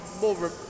more